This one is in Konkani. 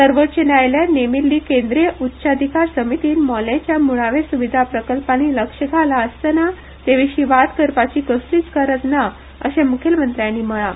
सर्वोच्च न्यायालयान नेमिल्ली केंद्रीय उच्चाधिकार समितीन मोलेंच्या म्ळावे स्विदा प्रकल्पांनी लक्ष घालां आसतना तेविशीं वाद करपाची कसलीच गरज ना अशें मुखेलमंत्र्यांनी म्हणलां